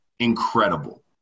incredible